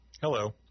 Hello